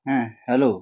হ্যাঁ হ্যালো